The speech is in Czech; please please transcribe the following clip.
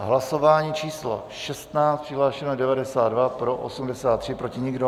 Hlasování číslo 16, přihlášeno je 92, pro 83, proti nikdo.